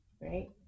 right